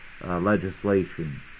legislation